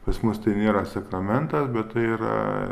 pas mus tai nėra sakramentas bet tai yra